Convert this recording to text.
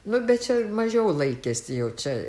nu bet čia mažiau laikėsi jau čia